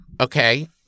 Okay